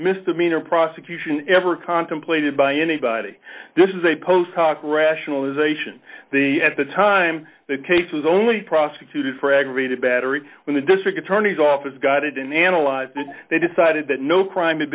misdemeanor prosecution ever contemplated by anybody this is a post hoc rationalization at the time the case was only prosecuted for aggravated battery when the district attorney's office got it and analyzed they decided that no crime